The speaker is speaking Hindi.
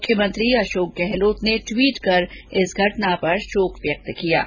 मुख्यमंत्री अशोक गहलोत ने ट्विटर के जरिए इस घटना पर शोक व्यक्त किया है